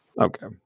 Okay